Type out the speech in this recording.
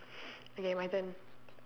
okay my turn